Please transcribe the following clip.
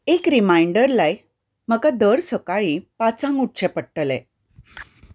एक रिमांयडर लाय म्हाका दर सकाळीं पांचांक उठचें पडटलें